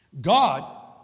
God